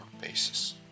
basis